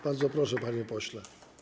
Bardzo proszę, panie pośle.